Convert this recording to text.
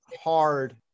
hard